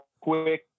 quick